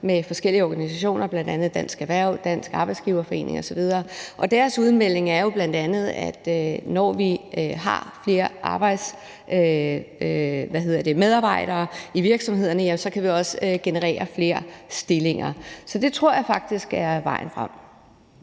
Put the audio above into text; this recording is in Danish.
med forskellige organisationer, bl.a. Dansk Erhverv, Dansk Arbejdsgiverforening osv., og deres udmelding er jo bl.a., at når vi har flere medarbejdere i virksomhederne, kan vi også generere flere stillinger. Så det tror jeg faktisk er vejen frem.